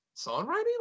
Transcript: songwriting